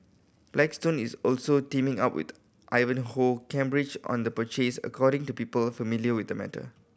blackstone is also teaming up with Ivanhoe Cambridge on the purchase according to people familiar with the matter